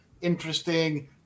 interesting